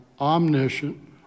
omniscient